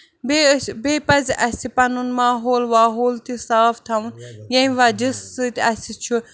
بیٚیہِ ٲسۍ بیٚیہِ پَزِ اَسہِ پَنُن ماحول واحول تہِ صاف تھاوُن ییٚمہِ وَجہہ سۭتۍ اَسہِ چھُ